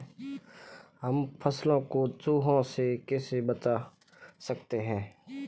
हम फसलों को चूहों से कैसे बचा सकते हैं?